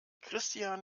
christian